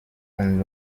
und